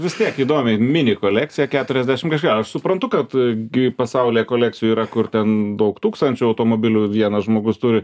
vis tiek įdomiai mini kolekcija keturiasdešim kažką aš suprantu kad gi pasaulyje kolekcijų yra kur ten daug tūkstančių automobilių vienas žmogus turi